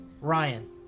Ryan